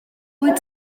wyt